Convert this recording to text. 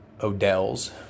Odell's